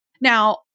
Now